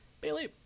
Bailey